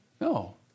No